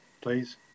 Please